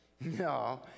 no